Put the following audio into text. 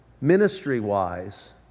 ministry-wise